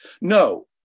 No